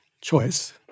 choice